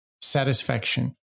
satisfaction